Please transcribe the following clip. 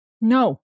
No